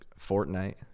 Fortnite